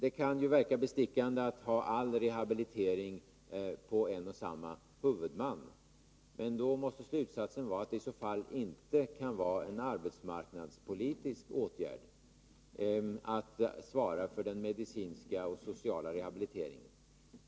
Ett sammanförande av all rehabilitering på en och samma huvudman kan verka som en bestickande tanke, men det kan ju inte vara en arbetsmarknadspolitisk åtgärd att svara för den medicinska och sociala rehabiliteringen.